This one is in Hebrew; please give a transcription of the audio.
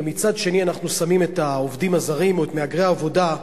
ומצד שני אנחנו שמים את העובדים הזרים או את מהגרי העבודה,